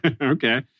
Okay